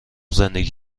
زندگی